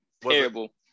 Terrible